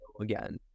again